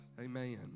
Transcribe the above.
Amen